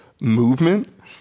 movement